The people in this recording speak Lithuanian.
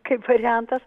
kaip variantas